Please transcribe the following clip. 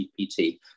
GPT